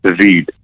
read